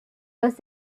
los